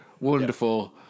wonderful